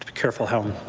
careful, i don't